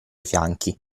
fianchi